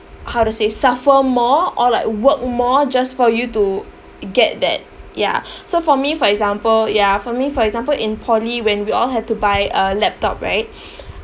how to say suffer more or like work more just for you to get that ya so for me for example ya for me for example in poly when we all had to buy a laptop right